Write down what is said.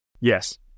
Yes